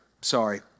sorry